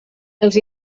els